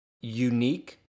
unique